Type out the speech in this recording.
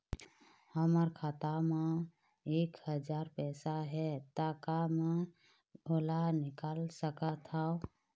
हमर खाता मा एक हजार पैसा हे ता का मैं ओला निकाल सकथव?